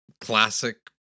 classic